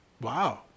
Wow